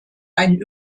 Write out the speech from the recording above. einen